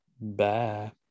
bye